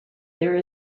there